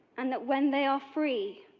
and that when they are free,